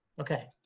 okay